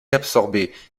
absorbée